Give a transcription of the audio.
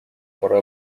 пора